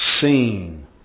seen